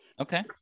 okay